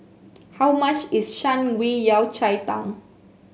how much is Shan Rui Yao Cai Tang